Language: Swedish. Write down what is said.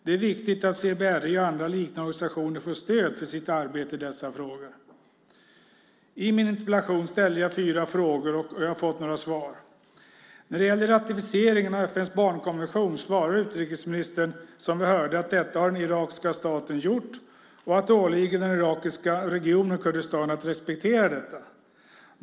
Det är viktigt att CBRI och andra liknande organisationer får stöd för sitt arbete i dessa frågor. I min interpellation ställde jag fyra frågor, och jag har fått några svar. När det gäller ratificeringen av FN:s barnkonvention svarar utrikesministern, som vi hörde, att detta har den irakiska staten gjort och att det åligger den irakiska regionen Kurdistan att respektera detta.